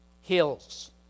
Hills